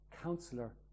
counselor